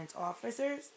officers